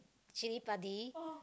chilli-padi